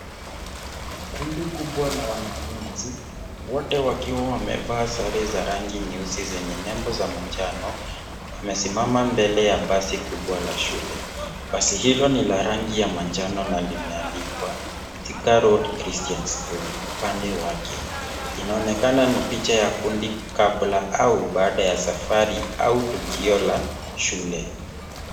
Kundi kubwa la wanafunzi, wote wakiwa wamevaa sare ya rangi nyeusi zenye nembo za manjano. Wamesimama mbele ya basi kubwa la shule. Basi hilo ni la rangi ya manjano na limeandikwa Thika Road Christian School upande wake. Inaonekana ni picha ya kundi kabla au baada ya safari au tukio la shule.